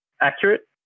accurate